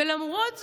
ולמרות זאת,